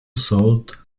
sold